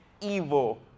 evil